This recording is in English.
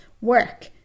work